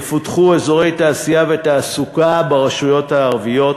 יפותחו אזורי תעשייה ותעסוקה ברשויות הערביות,